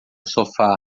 sofá